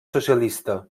socialista